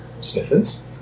Sniffins